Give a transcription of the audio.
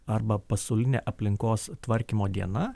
arba pasaulinė aplinkos tvarkymo diena